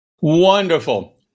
Wonderful